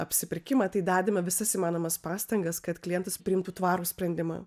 apsipirkimą tai dedame visas įmanomas pastangas kad klientas priimtų tvarų sprendimą